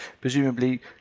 presumably